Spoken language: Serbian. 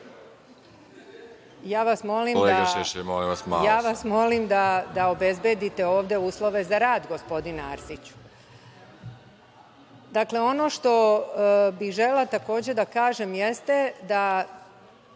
vas da obezbedite uslove za rad, gospodine Arsiću. Dakle, ono što bih želela, takođe, da kažem jeste da